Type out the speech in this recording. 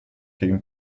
gegen